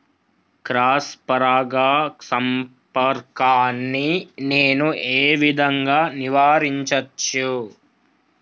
Cross పరాగ సంపర్కాన్ని నేను ఏ విధంగా నివారించచ్చు?